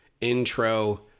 intro